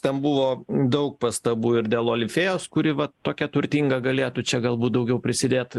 ten buvo daug pastabų ir dėl olifėjos kuri va tokia turtinga galėtų čia galbūt daugiau prisidėt